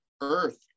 Earth